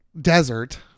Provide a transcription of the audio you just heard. desert